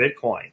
Bitcoin